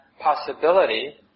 possibility